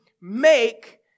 make